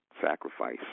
Sacrifice